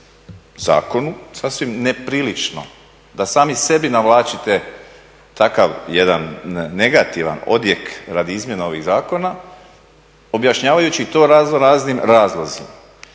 zakonu sasvim neprilično da sami sebi navlačite takav jedan negativan odjek radi izmjena ovih zakona objašnjavajući to raznoraznim razlozima.